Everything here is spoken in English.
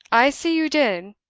i see you did.